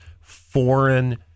foreign